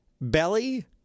Belly